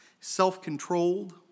self-controlled